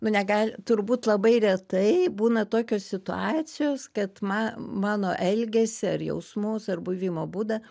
nu negal turbūt labai retai būna tokios situacijos kad ma mano elgesį ar jausmus ar buvimo būdą